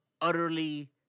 utterly